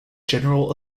general